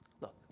Look